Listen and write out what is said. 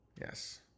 Yes